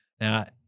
Now